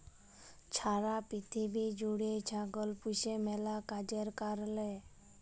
ছারা পিথিবী জ্যুইড়ে ছাগল পুষে ম্যালা কাজের কারলে